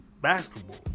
basketball